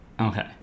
Okay